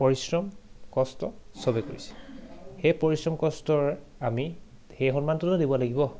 পৰিশ্ৰম কষ্ট চবে কৰিছে সেই পৰিশ্ৰম কষ্টৰ আমি সেই সন্মানটো দিব লাগিব